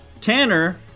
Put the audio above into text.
Tanner